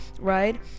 right